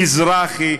מזרחי,